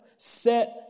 set